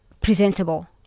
presentable